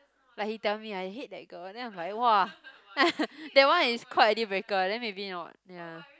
like he tell me I hate that girl then I'm like !wah! that one is quite a dealbreaker then maybe not ya